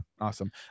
awesome